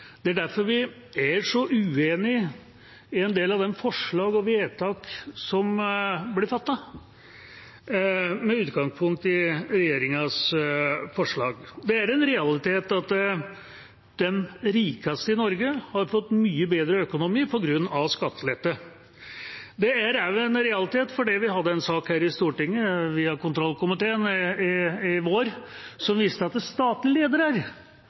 Det er derfor vi er så uenig i en del av de vedtak som blir fattet med utgangspunkt i regjeringas forslag. Det er en realitet at de rikeste i Norge har fått mye bedre økonomi på grunn av skattelette. Det er også en realitet – og det viste en sak vi hadde i vår her i Stortinget, via kontroll- og konstitusjonskomiteen – at statlige ledere har fått kraftig lønnsøkning, og at styreledere i